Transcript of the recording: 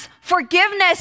forgiveness